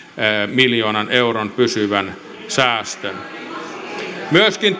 miljoonan euron pysyvän säästön myöskin